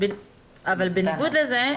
אבל בניגוד לזה,